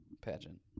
pageant